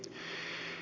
lopuksi